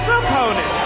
opponent